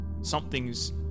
something's